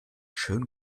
schön